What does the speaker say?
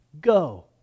Go